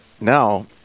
now